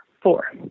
Four